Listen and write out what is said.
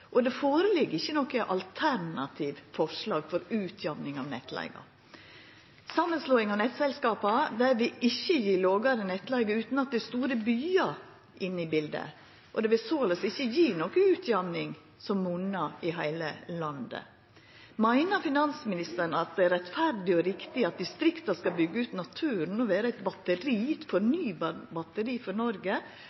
Det ligg ikkje føre noko alternativt forslag til utjamning av nettleiga. Samanslåing av nettselskapa vil ikkje gje lågare nettleige utan at det er store byar inne i bildet, og det vil såleis ikkje gje noka utjamning som monnar i heile landet. Meiner finansministeren at det er rettferdig og riktig at distrikta skal byggja ut naturen og vera eit batteri – eit fornybarbatteri – for